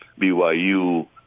BYU